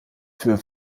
für